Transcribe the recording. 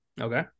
Okay